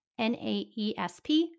NAESP